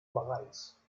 bereits